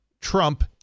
Trump